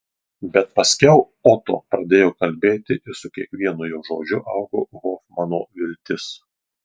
bet paskiau oto pradėjo kalbėti ir su kiekvienu jo žodžiu augo hofmano viltis